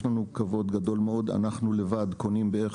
יש לנו כבוד גדול מאוד אנחנו לבד קונים בערך